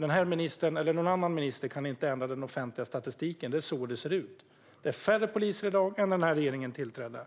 den här ministern eller någon annan minister kan ändra den offentliga statistiken. Det är så det ser ut. Det är färre poliser i dag än när den här regeringen tillträdde.